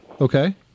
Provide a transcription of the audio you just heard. Okay